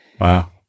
Wow